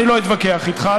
אני לא אתווכח איתך,